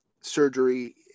surgery